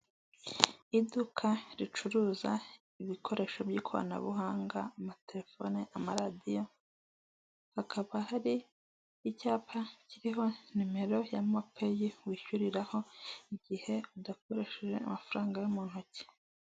Inzu mu ibara ry'umweru, umukara, umutuku ibirahure bifunguye inzugi zifunguye hariho ibyapa byamamaza mu ibara ry'umweru ndetse n'ubururu ikinyabiziga gifite ibara ry'umuntu kiri kunyura imbere.